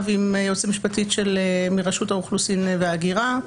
עם הייעוץ המשפטי של רשות האוכלוסין וההגירה.